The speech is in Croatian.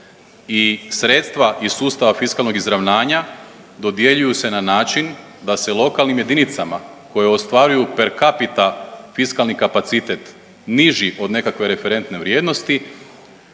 I sredstva iz sustava fiskalnog izravnanja dodjeljuju se na način da se lokalnim jedinicama koje ostvaruju per capita fiskalni kapacitet niži od nekakve referentne vrijednosti